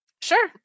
Sure